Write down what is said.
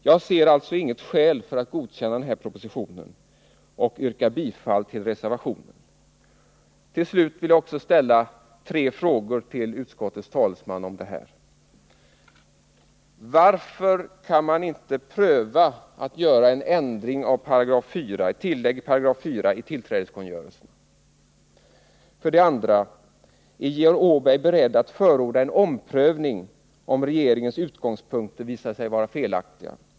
Det finns sålunda inget skäl att godkänna denna proposition, och jag yrkar därför bifall till reservationen. Till slut vill jag ställa tre frågor till utskottets talesman: För det första: Varför kan man inte pröva att göra ett tillägg till 4 § i tillträdeskungörelsen? För det andra: Är Georg Åberg beredd att förorda en omprövning, om regeringens utgångspunkter visar sig vara felaktiga?